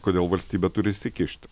kodėl valstybė turi įsikišti